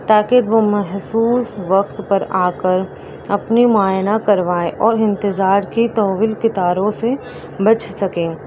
تاکہ وہ محصوص وقت پر آ کر اپنی معائنہ کروائیں اور انتظار کی طویل کطاروں سے بچ سکے